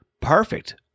Perfect